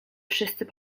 wszyscy